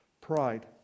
Pride